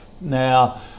Now